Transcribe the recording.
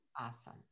Awesome